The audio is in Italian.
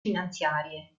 finanziarie